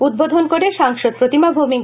উদ্বোধন করে সাংসদ প্রতিমা ভৌমিক